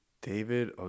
David